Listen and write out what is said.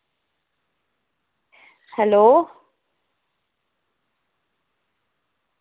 hello